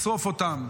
לשרוף אותם.